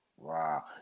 Wow